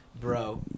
Bro